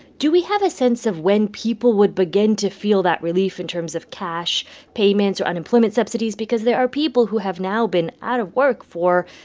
do we have a sense of when people would begin to feel that relief in terms of cash payments or unemployment subsidies? because there are people who have now been out of work for,